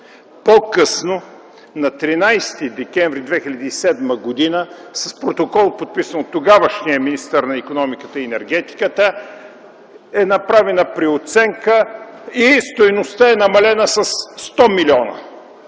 По-късно на 13 декември 2007 г. с протокол, подписан от тогавашния министър на икономиката и енергетиката, е направена преоценка и стойността е намалена със 100 милиона.